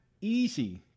easy